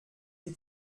die